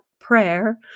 prayer